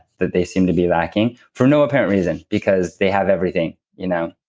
that they seem to be lacking for no apparent reason. because they have everything, you know.